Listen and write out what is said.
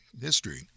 history